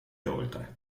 oltre